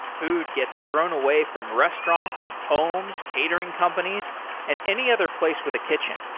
food gets thrown away from restaurants, homes, catering companies and any other place with a kitchen.